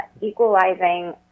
equalizing